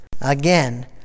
Again